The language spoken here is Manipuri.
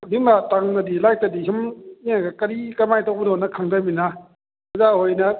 ꯑꯗꯨꯏ ꯃꯇꯝꯗꯗꯤ ꯂꯥꯏꯔꯤꯛꯇꯗꯤ ꯁꯨꯝ ꯀꯔꯤ ꯀꯃꯥꯏꯅ ꯇꯧꯕꯅꯣꯅ ꯈꯪꯗꯃꯤꯅ ꯑꯣꯖꯥ ꯍꯣꯏꯅ